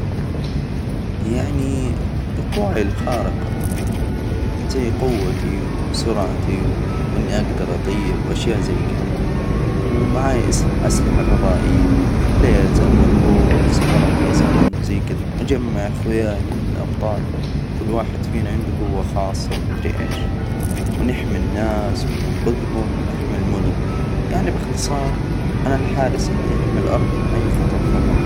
يعني بقوتي الخارقة. زي قوتي وسرعتي، وإني أجدر أطير، وأشياء زي كذا، ومعايا أس- أسلحة فضائية ليزر، ودروع، وسفر عبر زمن، وزي كده، نجمع أخوياي إللي من الأبطال، كل واحد فينا عنده جوة خاصة ومدري إيش، ونحمي الناس وننقذهم ونحمي المدن، يعني بإختصار أنا الحارس إللي يحمي الأرض من أي خطر فضائي.